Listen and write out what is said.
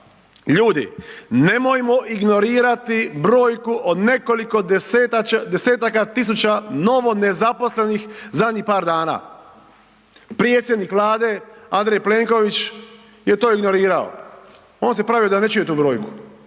ljudi nemojmo ingorirati brojku od nekoliko desetaka tisuća novo nezaposlenih zadnjih par dana. Predsjednik Vlade Andrej Plenković je to ignorirao, on se pravi da ne čuje tu brojku.